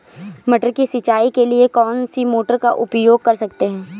मटर की सिंचाई के लिए कौन सी मोटर का उपयोग कर सकते हैं?